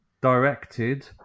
directed